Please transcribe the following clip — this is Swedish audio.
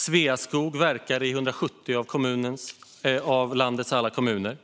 Sveaskog verkar i 170 av landets alla kommuner.